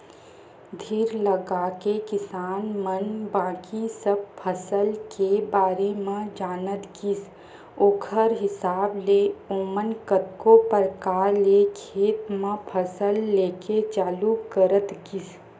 धीर लगाके किसान मन बाकी सब फसल के बारे म जानत गिस ओखर हिसाब ले ओमन कतको परकार ले खेत म फसल लेके चालू करत गिस